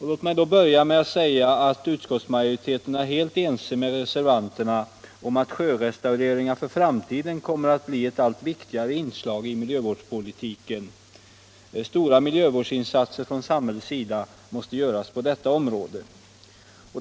Låt mig börja med att säga att utskottsmajoriteten är helt ense med reservanterna om att sjörestaureringar för framtiden kommer att bli ett allt viktigare inslag i miljövårdspolitiken. Stora miljövårdsinsatser från samhället måste göras på detta område.